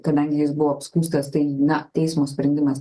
kadangi jis buvo apskųstas tai na teismo sprendimas